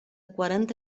quaranta